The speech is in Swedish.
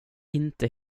inte